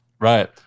right